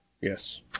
Yes